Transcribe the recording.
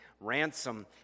Ransom